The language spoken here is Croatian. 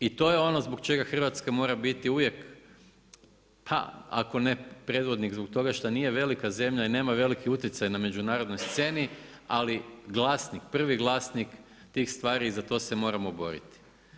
I to je ono zbog čega Hrvatska mora biti uvijek, ako ne predvodnik zbog toga što nije velika zemlja i nema veliki utjecaj na međunarodnoj sceni, ali vlasnik, prvi vlasnik tih stvari i za to se moramo boriti.